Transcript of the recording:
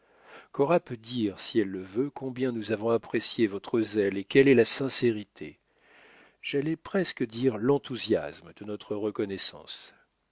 cora peut dire si elle le veut combien nous avons apprécié votre zèle et quelle est la sincérité j'allais presque dire l'enthousiasme de notre reconnaissance